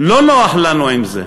לא נוח לנו עם זה,